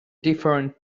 different